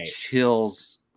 chills